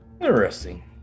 Interesting